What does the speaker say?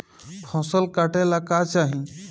फसल काटेला का चाही?